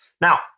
Now